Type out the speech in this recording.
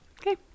Okay